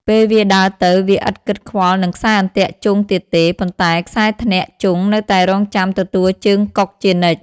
ពេលវាដើរទៅ វាឥតគិតខ្វល់នឹងខ្សែអន្ទាក់ជង់ទៀតទេ ប៉ុន្តែខ្សែធ្នាក់ជង់នៅតែរង់ចាំទទួលជើងកុកជានិច្ច ។